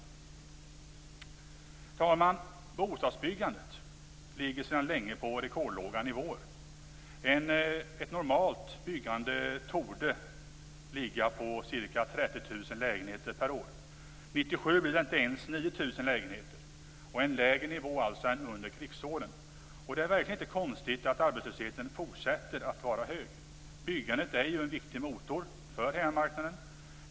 Herr talman! Bostadsbyggandet ligger sedan länge på rekordlåga nivåer. Ett normalt byggande torde ligga på ca 30 000 lägenheter per år. 1997 blir det inte ens 9 000 lägenheter - en lägre nivå än under krigsåren. Det är verkligen inte konstigt att arbetslösheten fortsätter att vara hög. Byggandet är en viktig motor för hemmamarknaden.